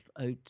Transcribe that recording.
out